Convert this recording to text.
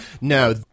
No